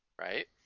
right